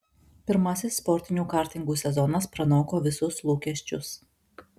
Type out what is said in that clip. pirmasis sportinių kartingų sezonas pranoko visus lūkesčius